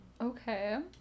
Okay